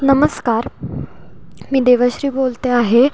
नमस्कार मी देवश्री बोलते आहे